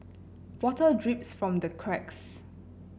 water drips from the cracks